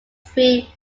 three